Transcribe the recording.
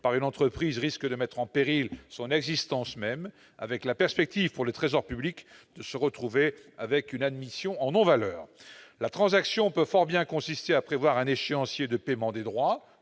par une entreprise risquent de mettre en péril son existence même, avec la perspective, pour le Trésor public, de se retrouver avec une admission en non-valeur. La transaction peut fort bien consister à prévoir un échéancier de paiement des droits